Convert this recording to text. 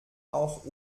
auch